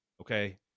okay